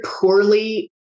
poorly